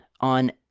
on